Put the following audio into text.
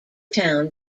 town